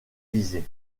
visé